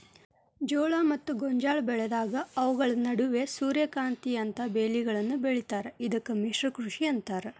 ಜೋಳ ಮತ್ತ ಗೋಂಜಾಳ ಬೆಳೆದಾಗ ಅವುಗಳ ನಡುವ ಸೂರ್ಯಕಾಂತಿಯಂತ ಬೇಲಿಗಳನ್ನು ಬೆಳೇತಾರ ಇದಕ್ಕ ಮಿಶ್ರ ಕೃಷಿ ಅಂತಾರ